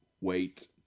wait